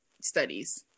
studies